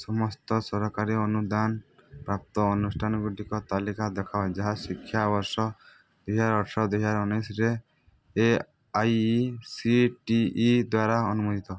ସମସ୍ତ ସରକାରୀ ଅନୁଦାନ ପ୍ରାପ୍ତ ଅନୁଷ୍ଠାନଗୁଡ଼ିକ ତାଲିକା ଦେଖାଅ ଯାହା ଶିକ୍ଷାବର୍ଷ ଦୁଇ ହଜାର ଅଠର ଦୁଇ ହଜାର ଉଣେଇଶରେ A I C T E ଦ୍ଵାରା ଅନୁମୋଦିତ